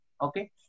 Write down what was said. okay